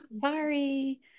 sorry